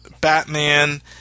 Batman